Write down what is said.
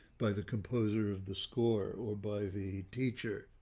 by the composer of the score or by the teacher.